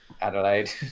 Adelaide